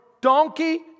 donkey